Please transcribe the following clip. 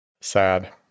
Sad